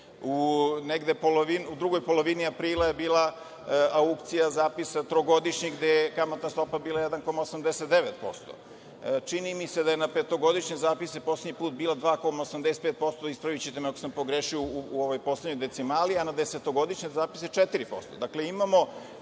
u drugoj polovini aprila je bila aukcija zapisa trogodišnjeg gde je kamatna stopa bila 1,89%. Čini mi se da je na petogodišnje zapise poslednji put bila 2,85%, ispravićete me ako sam pogrešio u ovoj poslednjoj decimali, a na desetogodišnje zapise 4%.